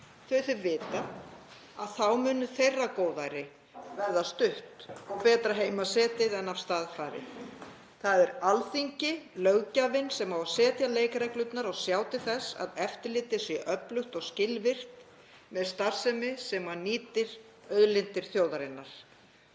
að þau vita að þá mun þeirra góðæri verða stutt og betra heima setið en af stað farið. Það er Alþingi, löggjafinn, sem á að setja leikreglurnar og sjá til þess að eftirlitið sé öflugt og skilvirkt með starfsemi sem nýtir auðlindir þjóðarinnar.